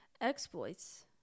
Exploits